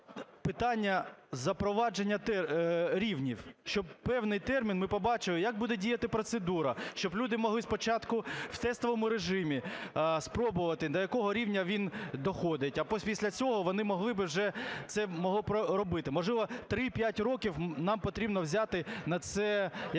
питання запровадження рівнів, щоб певний термін ми побачили, як буде діяти процедура, щоб люди могли спочатку в тестовому режимі спробувати, до якого рівня він доходить, а після цього вони могли би вже це… могли проробити? Можливо, 3-5 років нам потрібно взяти на це, якийсь